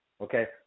Okay